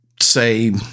say